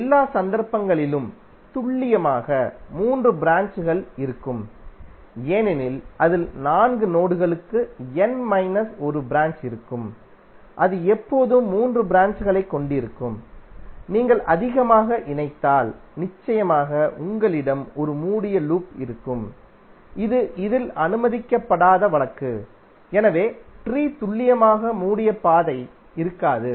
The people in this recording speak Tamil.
எல்லா சந்தர்ப்பங்களிலும் துல்லியமாக மூன்று ப்ராஞ்ச்கள் இருக்கும் ஏனெனில் அதில் நான்கு நோடுகளுக்கு n மைனஸ் ஒரு ப்ராஞ்ச் இருக்கும் அது எப்போதும் மூன்று ப்ராஞ்ச்களைக் கொண்டிருக்கும் நீங்கள் அதிகமாக இணைத்தால் நிச்சயமாக உங்களிடம் ஒரு மூடிய லூப் இருக்கும் இது இதில் அனுமதிக்கப்படாத வழக்கு எனவே ட்ரீ துல்லியமாக மூடிய பாதை இருக்காது